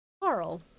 Carl